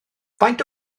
faint